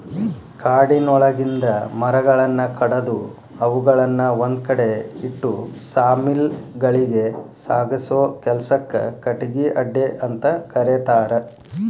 ಕಾಡಿನೊಳಗಿಂದ ಮರಗಳನ್ನ ಕಡದು ಅವುಗಳನ್ನ ಒಂದ್ಕಡೆ ಇಟ್ಟು ಸಾ ಮಿಲ್ ಗಳಿಗೆ ಸಾಗಸೋ ಕೆಲ್ಸಕ್ಕ ಕಟಗಿ ಅಡ್ಡೆಅಂತ ಕರೇತಾರ